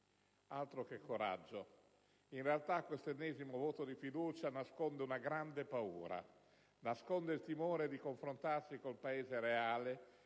Altro che coraggio! In realtà questo ennesimo voto di fiducia nasconde una grande paura: nasconde il timore di confrontarsi con il Paese reale